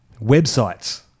websites